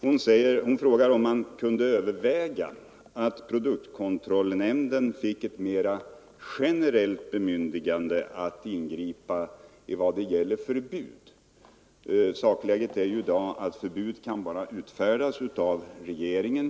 Hon frågade om man kan överväga att produktkontrollnämnden får ett mera generellt bemyndigande att ingripa med förbud. Sakläget i dag är ju att förbud bara kan utfärdas av regeringen.